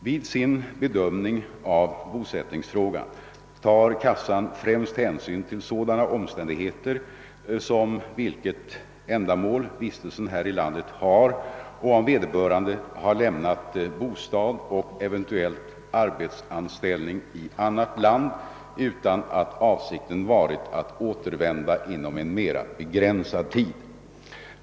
Vid sin be dömning av bosättningsfrågan tar kassan främst hänsyn till sådana omständigheter som vilket ändamål vistelsen här i landet har och om vederbörande har lämnat bostad och eventuell arbetsanställning i annat land utan att avsikten varit att återvända inom en mera begränsad tid.